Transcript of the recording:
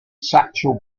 satchel